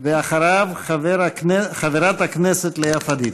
אחריו, חברת הכנסת לאה פדידה.